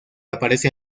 aparece